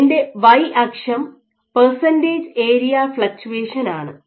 എൻ്റെ വൈ അക്ഷം percentage area fluctuation ആണ്